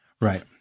Right